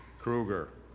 krueger,